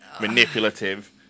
manipulative